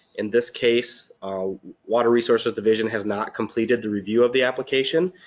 in this case, water resources division has not completed the review of the application,